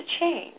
change